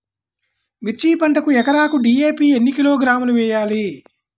మిర్చి పంటకు ఎకరాకు డీ.ఏ.పీ ఎన్ని కిలోగ్రాములు వేయాలి?